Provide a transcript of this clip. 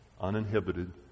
uninhibited